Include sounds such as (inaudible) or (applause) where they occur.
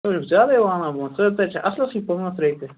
(unintelligible) حظ چھُکھ زیادے وَلان بوٚن ژےٚ حظ ژچیٚژھ اَصلَسٕے پاںٛژھ رۄپیہِ